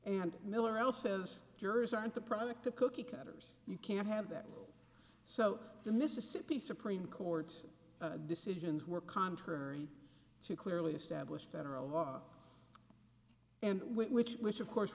and miller l says jurors aren't the product of cookie cutters you can't have that so the mississippi supreme court's decisions were contrary to clearly established federal law and which which of course